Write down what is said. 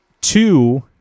Two